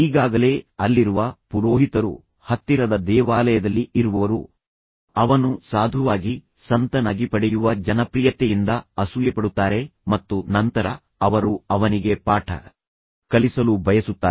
ಈಗ ಈಗಾಗಲೇ ಅಲ್ಲಿರುವ ಪುರೋಹಿತರು ಹತ್ತಿರದ ದೇವಾಲಯದಲ್ಲಿ ಇರುವವರು ಆದ್ದರಿಂದ ಅವರು ಅವನು ಸಾಧುವಾಗಿ ಸಂತನಾಗಿ ಪಡೆಯುವ ಜನಪ್ರಿಯತೆಯಿಂದ ಅಸೂಯೆಪಡುತ್ತಾರೆ ಮತ್ತು ನಂತರ ಅವರು ಅವನಿಗೆ ಪಾಠ ಕಲಿಸಲು ಬಯಸುತ್ತಾರೆ